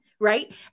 right